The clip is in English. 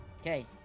Okay